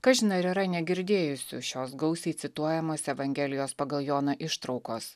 kažin ar yra negirdėjusių šios gausiai cituojamos evangelijos pagal joną ištraukos